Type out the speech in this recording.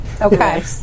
Okay